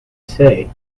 say